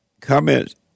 comments